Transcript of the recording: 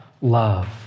love